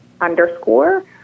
underscore